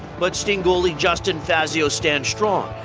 but sting goalie justin fazio stands strong.